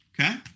Okay